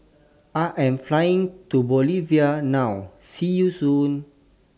I Am Flying to Bolivia now See YOU Soon